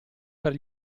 per